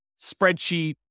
spreadsheet